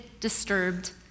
disturbed